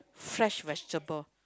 fresh vegetable